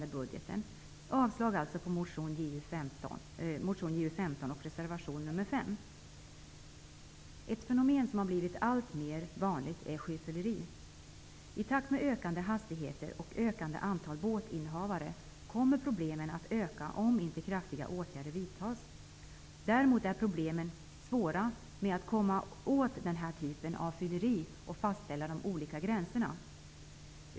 Ett fenomen som har blivit alltmer vanligt är sjöfylleri. I takt med ökande hastigheter och ökande antal båtinnehavare, kommer problemen att öka om inte kraftiga åtgärder vidtas. Däremot är det svårt att komma åt den här typen av fylleri och fastställa de olika gränserna.